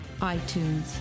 iTunes